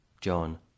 John